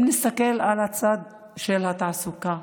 אם נסתכל על הצד של התעסוקה,